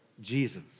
Jesus